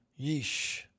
yeesh